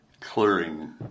clearing